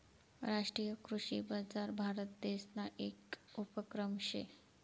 राष्ट्रीय कृषी बजार भारतदेसना येक उपक्रम शे